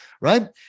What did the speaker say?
right